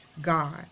God